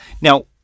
Now